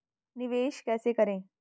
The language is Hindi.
निवेश कैसे करें?